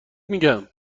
میگم